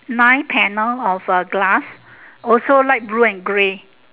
nine panel of uh glass also light blue and grey